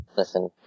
Listen